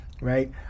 right